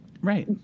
Right